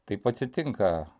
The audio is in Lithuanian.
taip atsitinka